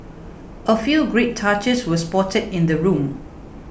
a few great touches we spotted in the room